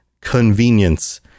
Convenience